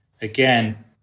again